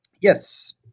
Yes